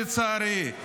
לצערי.